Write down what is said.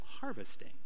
harvesting